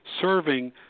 serving –